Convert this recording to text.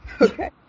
Okay